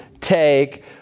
take